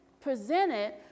presented